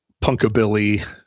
punkabilly